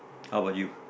how about you